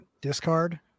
discard